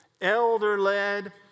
elder-led